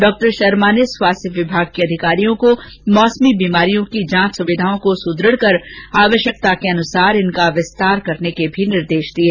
डॉ शर्मा ने स्वास्थ्य विभाग के अधिकारियों को मौसमी बीमारियों की जांच सुविधाओं को सुद्रढ़ कर आवश्यकतानुसार इनका विस्तार करने के निर्देश भी दिये